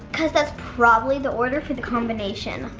because that's probably the order for the combination.